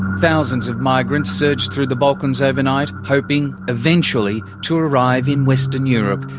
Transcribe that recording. thousands of migrants surged through the balkans overnight, hoping eventually to arrive in western europe.